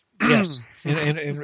Yes